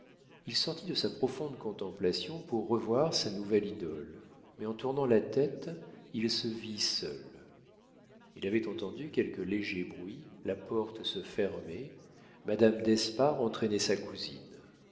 il sortit de sa profonde contemplation pour revoir sa nouvelle idole mais en tournant la tête il se vit seul il avait entendu quelque léger bruit la porte se fermait madame d'espard entraînait sa cousine